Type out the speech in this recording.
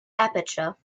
aperture